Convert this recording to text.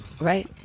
right